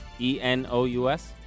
E-N-O-U-S